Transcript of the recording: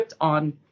On